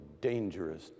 dangerous